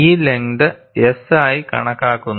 ഈ length S ആയി കണക്കാക്കുന്നു